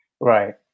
Right